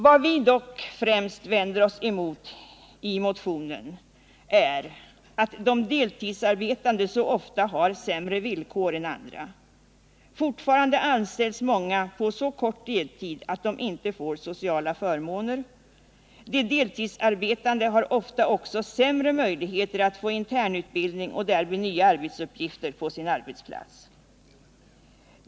Vad vi främst vänder oss emot i motionen är dock att de deltidsarbetande så ofta har sämre villkor än andra. Fortfarande anställs många på så kort deltid att de inte får sociala förmåner. De deltidsarbetande har också ofta sämre möjligheter att få internutbildning och därmed nya arbetsuppgifter på sin arbetsplats.